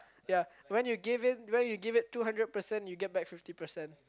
ya when you give in when you give it two hundred percent you get back fifty percent